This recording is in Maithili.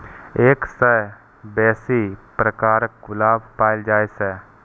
एक सय सं बेसी प्रकारक गुलाब पाएल जाए छै